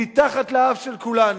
מתחת לאף של כולנו.